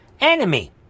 enemy